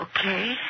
Okay